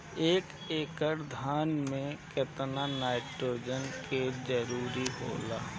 एक एकड़ धान मे केतना नाइट्रोजन के जरूरी होला?